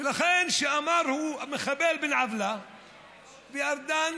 ולכן, כשהוא אמר: מחבל בן עוולה, וגם ארדן